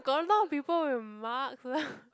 got a lot people with marks lah